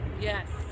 yes